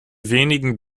wenigen